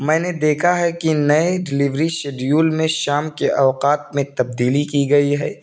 میں نے دیکھا ہے کہ نئے ڈلیوری شیڈیول میں شام کے اوقات میں تبدیلی کی گئی ہے